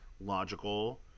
logical